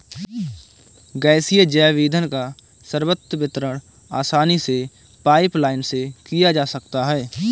गैसीय जैव ईंधन का सर्वत्र वितरण आसानी से पाइपलाईन से किया जा सकता है